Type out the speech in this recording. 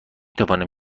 توانم